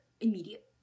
immediate